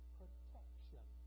protection